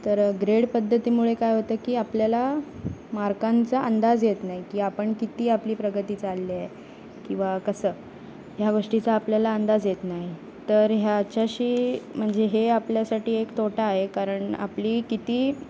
तर ग्रेड पद्धतीमुळे काय होतं की आपल्याला मार्कांचा अंदाज येत नाही की आपण किती आपली प्रगती चालली आहे किंवा कसं ह्या गोष्टीचा आपल्याला अंदाज येत नाही तर ह्याच्याशी म्हणजे हे आपल्यासाठी एक तोटा आहे कारण आपली किती